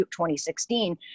2016